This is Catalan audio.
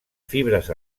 fibres